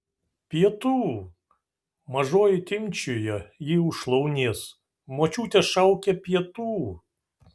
pietų mažoji timpčioja jį už šlaunies močiutė šaukia pietų